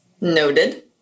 Noted